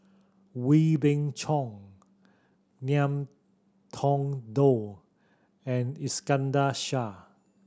Wee Beng Chong Ngiam Tong Dow and Iskandar Shah